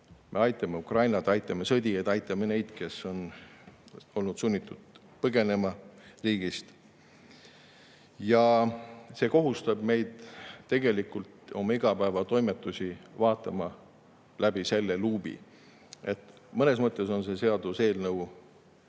Me aitame Ukrainat, aitame sõdijaid, aitame neid, kes on olnud sunnitud oma riigist põgenema. See kohustab meid tegelikult oma igapäevatoimetusi vaatama läbi selle luubi. Mõnes mõttes on see seaduseelnõu